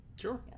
Sure